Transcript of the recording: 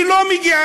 היא לא מגיעה.